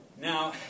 Now